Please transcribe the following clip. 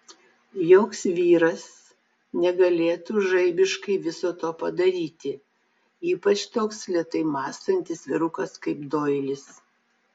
joks vyras negalėtų žaibiškai viso to padaryti ypač toks lėtai mąstantis vyrukas kaip doilis